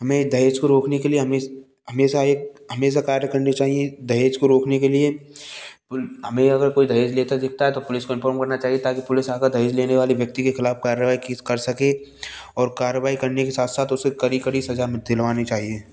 हमें दहेज को रोकने के लिए हमें हमेशा एक हमेशा कार्य करने चाहिए दहेज को रोकने के लिए हमें अगर कोई दहेज लेता दिखता है तो पुलिस को इन्फॉर्म करना चाहिए ताकि पुलिस आकर दहेज लेने वाले व्यक्ति के ख़िलाफ़ कार्रवाई की कर सके और कार्रवाई करने के साथ साथ उसे कड़ी कड़ी सज़ा मि दिलवानी चाहिए